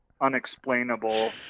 unexplainable